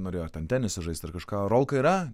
norėjo ten tenisą žaist ar kažką rolka yra